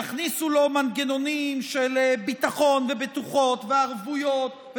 יכניסו לו מנגנונים של ביטחון ובטוחות וערבויות,